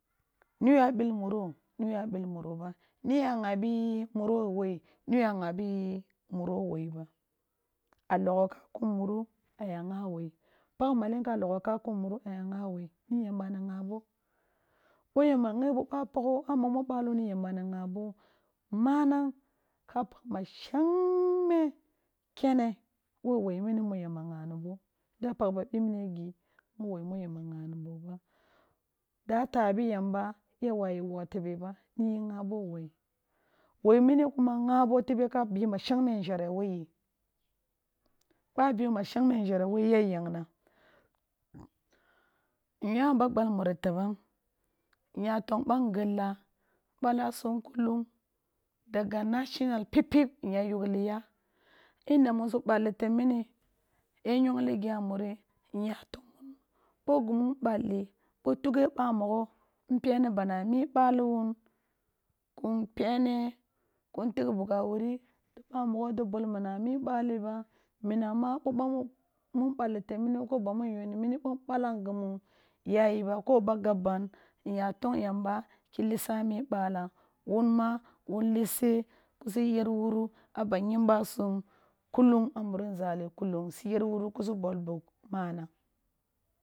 Niyoa ɓill muro, ni yoa bill mun oba, ni yoa ghabi muro woi ni yoa gabi muno woi ba, a logho ka kum muro a y agha woi, pakh malun a logho ka kum muro a y agha wo, ni yam b ani ghabo, boy amba ghebo ba pagho a mamo balo ne yamba, manag ka pakeh ashenyme kene wo mini mu yamba ghani bo, da pakh ba ɓiɓne gi mu woi mi yamba ghaniɓo ɓa, da ta bi yamba ya wabi wogh tebe ba, niyi ghabo woi woi mini kuma habo tebe kka be mashang me nzhere wo yi ba bi mahesngme nzheri wo yi ya yangna, nyaba gbal muri tebam nya tong ba ngella ba lasum kulung daga naashinal pippip nya yugli ya, nda musu balli teb mini ya yongli gi a muno nya tong wun, bog imu moalti bo tughe ba mnogho, npeni ban a mmi baliom kun pene, kun tigh bugh a wuri di ba mmogho di bol mun am a mi bali ba munamaa bro bau mun balti tibe mono beo bamu yuni mim bo nbalam gimu yayi ba ko ba ab ban nya tong yamba ki lissa mi balam, wun ma wu lisse kusi yer wuru aba yumbasum lulung a muri nzali kulung suyer wuru kusu bol bugh manahg.